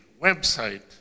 website